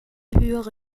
höhere